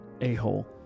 a-hole